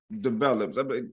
develops